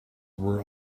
were